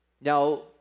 Now